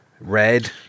Red